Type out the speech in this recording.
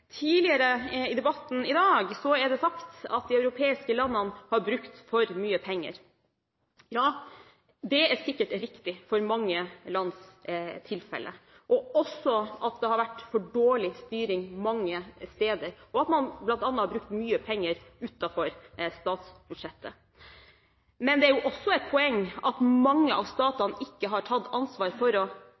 Tidligere i debatten i dag er det sagt at de europeiske landene har brukt for mye penger. Ja, det er sikkert riktig for mange land. Det har også vært for dårlig styring mange steder, og man har bl.a. brukt mye penger utenfor statsbudsjettet. Men det er også et poeng at mange av statene ikke har tatt ansvar for å